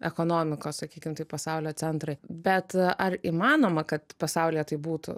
ekonomikos sakykim taip pasaulio centrai bet ar įmanoma kad pasaulyje taip būtų